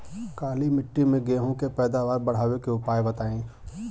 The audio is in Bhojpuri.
काली मिट्टी में गेहूँ के पैदावार बढ़ावे के उपाय बताई?